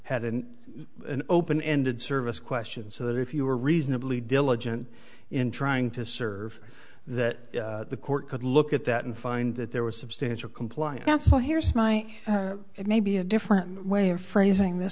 had an open ended service question so that if you were reasonably diligent in trying to serve that the court could look at that and find that there was substantial compliance so here's my it may be a different way of phrasing th